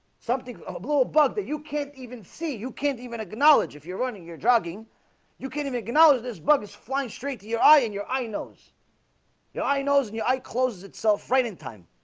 something a blow a bug that you can't even see you can't even acknowledge if you're running you're jogging you can't even acknowledge this bug is flying straight to your eye in your eye nose you know yai, nose, and your eye closes itself right in time